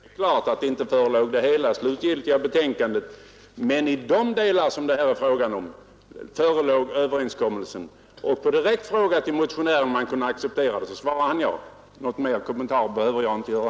Det är klart att inte det slutgiltiga betänkandet förelåg. Men i de delar som det här är fråga om förelåg överenskommelsen. Och på en direkt fråga till motionären om han kunde acceptera den svarade han ja. Någon mera kommentar behöver jag inte göra.